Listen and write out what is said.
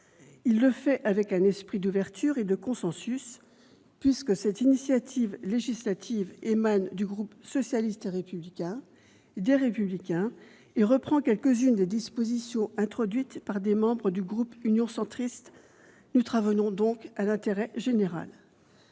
Il le fait avec un esprit d'ouverture et de consensus, puisque cette initiative législative émane des groupes socialiste et républicain et Les Républicains, et reprend quelques-unes des dispositions introduites par des membres du groupe Union Centriste. Nous travaillons donc à l'intérêt général.